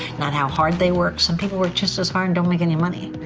not how hard they work, some people work just as hard and don't make any money,